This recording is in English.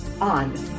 on